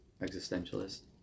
existentialist